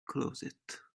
closet